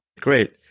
Great